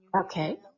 okay